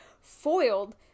Foiled